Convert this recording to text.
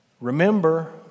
Remember